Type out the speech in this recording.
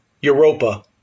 Europa